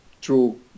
true